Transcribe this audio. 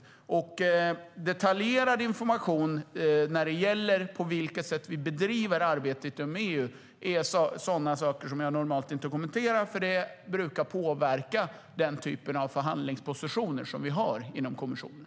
Exakt vilka kontakter vi på departementet och de olika statsråden har eller detaljerad information om på vilket sätt vi bedriver arbetet inom EU är sådant som jag normalt inte kommenterar, eftersom det brukar påverka den typen av förhandlingspositioner som vi har inom kommissionen.